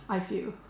I feel